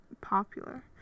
popular